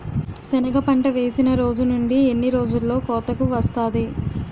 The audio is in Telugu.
సెనగ పంట వేసిన రోజు నుండి ఎన్ని రోజుల్లో కోతకు వస్తాది?